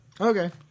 Okay